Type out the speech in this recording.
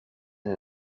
een